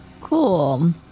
Cool